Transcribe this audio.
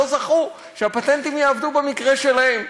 לא זכו שהפטנטים יעבדו במקרה שלהם,